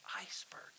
iceberg